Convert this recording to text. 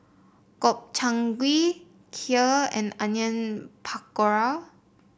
Gobchang Gui Kheer and Onion Pakora